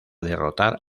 derrotar